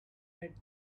met